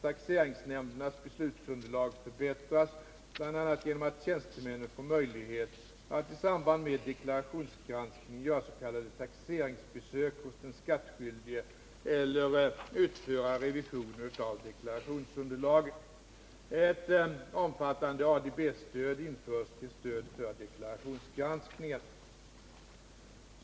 Taxeringsnämndernas beslutsunderlag förbättras bl.a. genom att tjänstemännen får möjlighet att i samband med deklarationsgranskningen göra s.k. taxeringsbesök hos den skattskyldige eller utföra revision av deklarationsunderlaget. Ett omfattande ADB-stöd införs till stöd för deklarationsgranskningen.